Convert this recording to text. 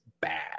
bad